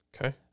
Okay